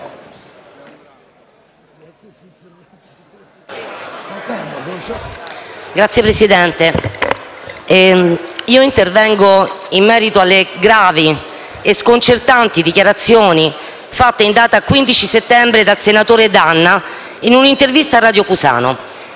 Signor Presidente, intervengo in merito alle gravi e sconcertanti dichiarazioni fatte il 15 settembre scorso dal senatore D'Anna in un'intervista a Radio Cusano